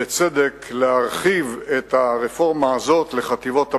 בצדק, להרחיב את הרפורמה הזאת לחטיבות הביניים.